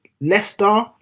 Leicester